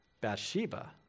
Bathsheba